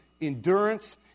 endurance